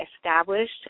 established